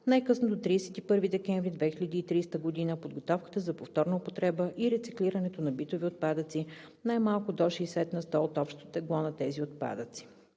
най-късно до 31 декември 2030 г. подготовката за повторна употреба и рециклирането на битови отпадъци най-малко до 60 на сто от общото тегло на тези отпадъци;